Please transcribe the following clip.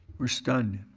we're stunned.